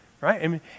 right